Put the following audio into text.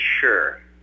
sure